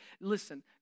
listen